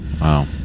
Wow